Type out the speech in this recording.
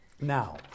Now